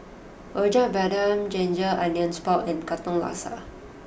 Rojak Bandung Ginger Onions Pork and Katong Laksa